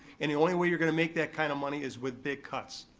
and the only way you're gonna make that kind of money is with big cuts.